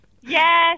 Yes